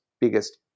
biggest